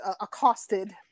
accosted